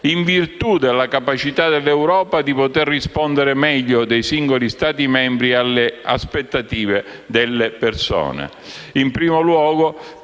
in virtù della capacità dell'Europa di poter rispondere meglio dei singoli Stati membri alle aspettative delle persone: in primo luogo,